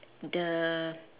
the